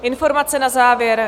Informace na závěr.